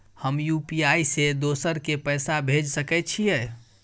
हम यु.पी.आई से दोसर के पैसा भेज सके छीयै?